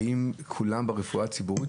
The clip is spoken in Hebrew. האם כולם ברפואה הציבורית?